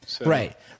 Right